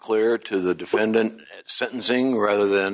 cleared to the defendant sentencing rather than